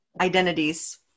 identities